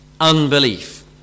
unbelief